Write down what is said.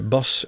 Bas